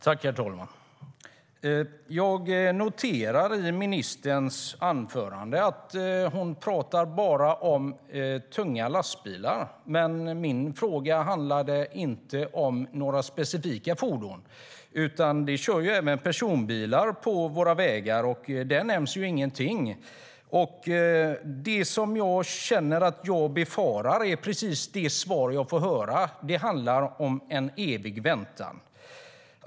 Herr talman! Jag noterar i ministerns anförande att hon bara talar om tunga lastbilar. Men min fråga handlade inte om några specifika fordon. Det kör även personbilar på våra vägar, och de nämns ju inte alls i svaret. Det jag befarar är precis det jag får höra i svaret, nämligen att det handlar om en evig väntan.